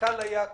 המנכ"ל היה,